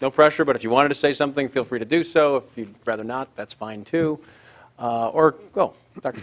know pressure but if you want to say something feel free to do so you'd rather not that's fine too or go back